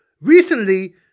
recently